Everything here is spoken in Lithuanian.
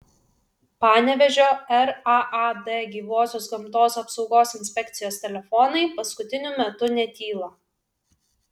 panevėžio raad gyvosios gamtos apsaugos inspekcijos telefonai paskutiniu metu netyla